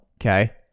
Okay